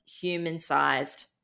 human-sized